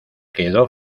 quedó